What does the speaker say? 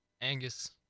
Angus